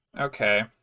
Okay